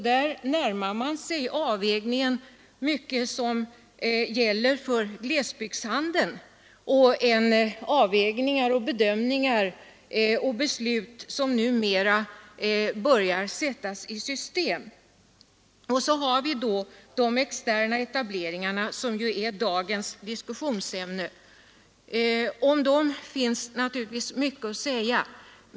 Där närmar man sig i avvägningen mycket som gäller för glesbygdshandeln, avvägningar, bedömningar och beslut som numera börjar sättas i system. Så har vi då de externa etableringarna, som är dagens diskussionsämne. Om dem finns naturligtvis mycket att säga.